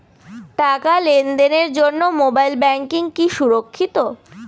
টাকা লেনদেনের জন্য মোবাইল ব্যাঙ্কিং কি সুরক্ষিত?